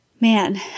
man